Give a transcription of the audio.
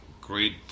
great